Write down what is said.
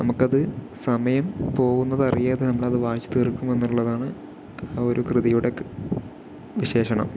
നമുക്കത് സമയം പോവുന്നത് അറിയാതെ നമ്മളത് വായിച്ചു തീർക്കും എന്നുള്ളതാണ് ആ ഒരു കൃതിയുടെ വിശേഷണം